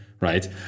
right